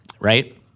right